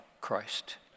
Christ